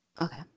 Okay